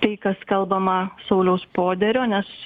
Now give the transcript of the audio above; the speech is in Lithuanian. tai kas kalbama sauliaus poderio nes